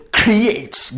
creates